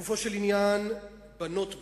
לגופו של עניין, בנות בצה"ל,